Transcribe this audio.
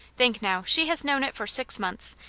think now, she has known it for six months,